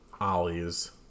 ollie's